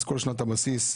אז כל שנת הבסיס,